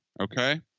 Okay